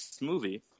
movie